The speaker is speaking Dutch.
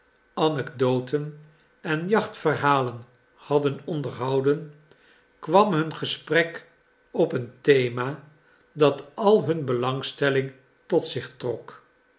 anecdoten en jachtverhalen hadden onderhouden kwam hun gesprek op een thema dat al hun belangstelling tot zich trok